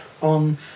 on